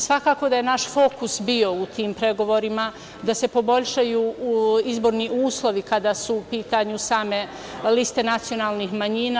Svakako da je naš fokus bio u tim pregovorima da se poboljšaju izborni uslovi kada su u pitanju same liste nacionalnih manjina.